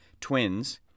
twins